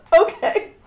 okay